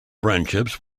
friendships